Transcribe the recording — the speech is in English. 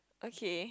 okay